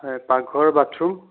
পাকঘৰ bath room